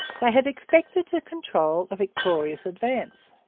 they had expected to control a victorious advance.